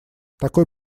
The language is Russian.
такой